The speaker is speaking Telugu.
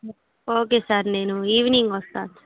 ఓకే సార్ నేను ఈవినింగ్ వస్తాను సార్